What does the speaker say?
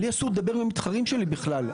לי אסור לדבר עם המתחרים שלי בכלל.